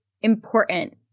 important